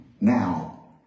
now